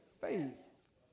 faith